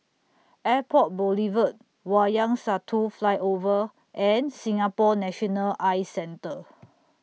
Airport Boulevard Wayang Satu Flyover and Singapore National Eye Centre